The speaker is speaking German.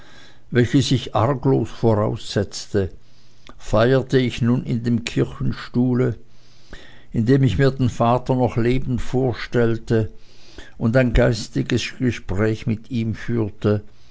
welches ich arglos voraussetzte feierte ich nun in dem kirchenstuhle indem ich mir den vater noch lebend vorstellte und ein geistiges gespräch mit ihm führte